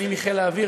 אני מחיל האוויר,